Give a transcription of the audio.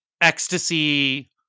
ecstasy